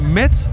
met